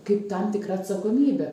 kaip tam tikra atsakomybė